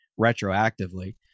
retroactively